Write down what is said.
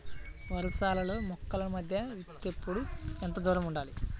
వరసలలో మొక్కల మధ్య విత్తేప్పుడు ఎంతదూరం ఉండాలి?